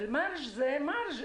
אל-מרג' זה מרג'.